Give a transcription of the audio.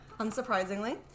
unsurprisingly